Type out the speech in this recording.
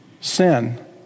sin